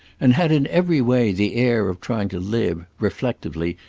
and had in every way the air of trying to live, reflectively,